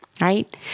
right